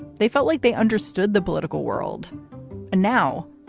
they felt like they understood the political world and now,